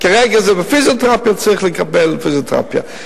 כרגע, זה בפיזיותרפיה, צריך לקבל פיזיותרפיה.